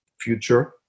future